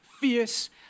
fierce